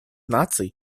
наций